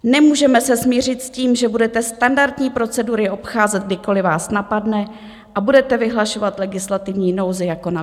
Nemůžeme se smířit s tím, že budete standardní procedury obcházet, kdykoliv vás napadne, a budete vyhlašovat legislativní nouzi jako na běžícím pásu.